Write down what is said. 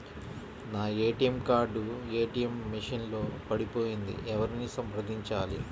నా ATM card ATM machine లో పడిపోయింది ఎవరిని సంప్రదించాలి?